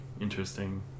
interesting